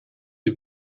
die